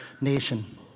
nation